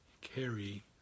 carry